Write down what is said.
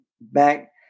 back